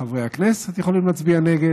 חברי הכנסת יכולים להצביע נגד,